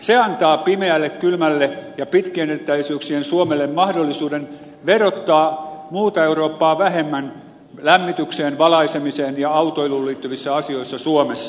se antaa pimeälle kylmälle ja pitkien etäisyyksien suomelle mahdollisuuden verottaa muuta eurooppaa vähemmän lämmitykseen valaisemiseen ja autoiluun liittyvissä asioissa suomessa